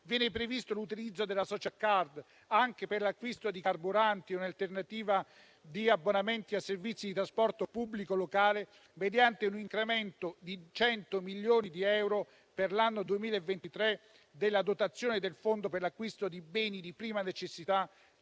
Viene previsto l'utilizzo della *social card* anche per l'acquisto di carburanti o in alternativa di abbonamenti a servizi di trasporto pubblico locale mediante un incremento di 100 milioni di euro per l'anno 2023 della dotazione del fondo per l'acquisto di beni di prima necessità